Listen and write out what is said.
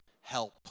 help